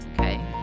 Okay